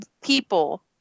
people